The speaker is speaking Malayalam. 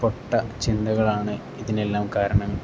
പൊട്ട ചിന്തകളാണ് ഇതിനെല്ലാം കാരണം